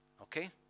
Okay